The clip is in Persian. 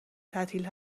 تعطیل